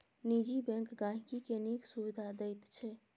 निजी बैंक गांहिकी केँ नीक सुबिधा दैत छै